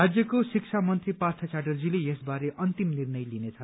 राज्यको शिक्षा मन्त्री पार्थ च्याटर्जीले यस बारे अन्तिम निर्णय लिनेछ